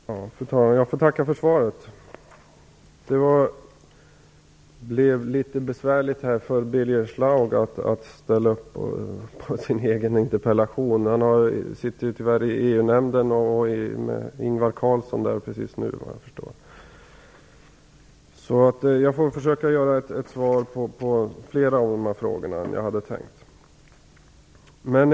Fru talman! Jag får tacka för svaret. Det blev tidsmässigt litet besvärligt för Birger Schlaug att svara för sin interpellation. Han sitter just nu i EU nämnden. Såvitt jag förstår är också Ingvar Carlsson där nu. Jag får därför försöka åstadkomma ett inlägg som omfattar fler än de frågor som jag ursprungligen hade tänkt att ta upp.